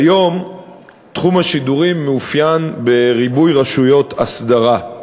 כיום תחום השידורים מתאפיין בריבוי רשויות אסדרה: